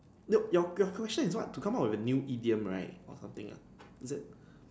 nope your question is what to come up with a new idiom right or something ah is it